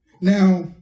Now